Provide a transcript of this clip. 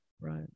Right